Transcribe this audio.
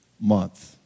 Month